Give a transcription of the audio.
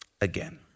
again